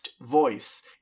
voice